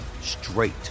straight